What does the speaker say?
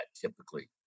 typically